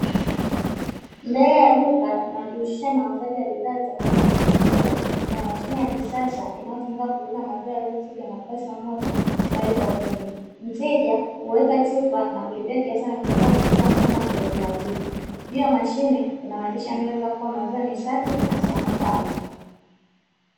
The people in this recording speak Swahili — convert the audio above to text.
Mbele ya duka linalojihusisha na uuzaji wa bidhaa zitokanazo na maziwa, kuna mashine ya kisasa inayotumika kuuza maziwa yaliyochujwa na kupashwa moto tayari kwa kunywa, mteja huweka chupa na kulipia kiasi anachotaka kupitia mfumo wa kiautomatiki, juu ya mashine kuna maandishi yanayoeleza kuwa maziwa ni safi na salama kwa afya.